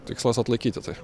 tikslas atlaikyti tai